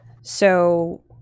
So-